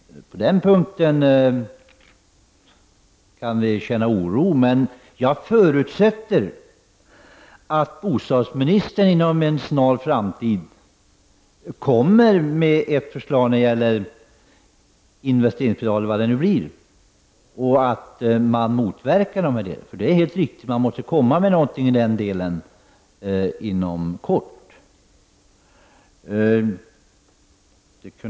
På den punkten kan vi känna oro. Men jag förutsätter att bostadsministern inom en snar framtid framlägger förslag om investeringsbidrag eller något annat som motverkar följderna, för det är helt riktigt att man inom kort måste föreslå något i den riktningen. Fru talman!